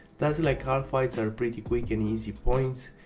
tasks like kalphites are pretty quick and easy points,